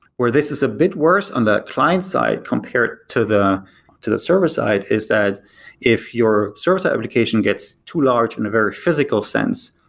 where this is a bit worse on the client side compared to the to the server side, is that if your service application gets too large in a very physical sense,